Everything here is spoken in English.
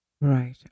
Right